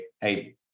hey